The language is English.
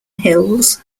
hills